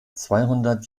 zweihundert